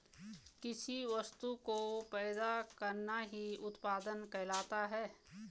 किसी वस्तु को पैदा करना ही उत्पादन कहलाता है